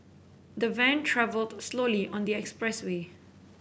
the van travelled slowly on their expressway